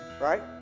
right